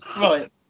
Right